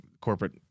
corporate